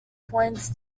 points